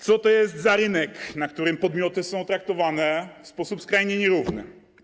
Co to jest za rynek, na którym podmioty są traktowane w sposób skrajnie nierówny?